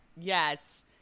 yes